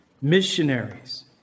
missionaries